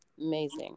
amazing